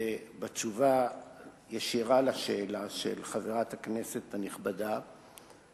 ובתשובה ישירה על השאלה של חברת הכנסת הנכבדה,